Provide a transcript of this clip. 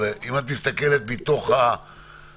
אם את מסתכלת מהכמות,